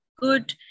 good